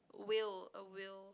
whale a whale